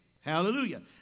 Hallelujah